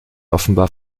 offenbar